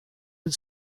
put